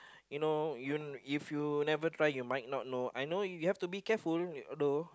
you know you if you never try you might not know I know you have to be careful although